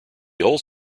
holds